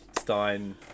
stein